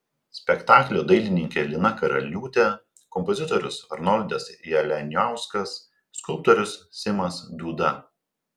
spektaklio dailininkė lina karaliūtė kompozitorius arnoldas jalianiauskas skulptorius simas dūda